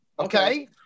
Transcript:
Okay